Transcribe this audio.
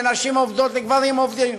בין נשים עובדות לגברים עובדים,